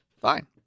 Fine